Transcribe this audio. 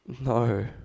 No